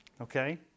okay